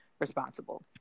responsible